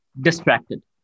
distracted